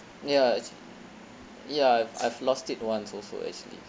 ya act~ ya I've I've lost it once also actually